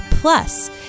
Plus